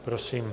Prosím.